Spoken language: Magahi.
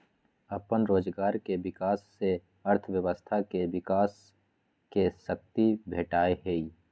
अप्पन रोजगार के विकास से अर्थव्यवस्था के विकास के शक्ती भेटहइ